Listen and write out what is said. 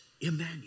Emmanuel